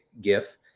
gif